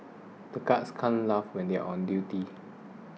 the guards can't laugh when they are on duty